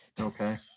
Okay